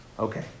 Okay